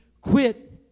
quit